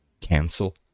cancel